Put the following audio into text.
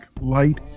light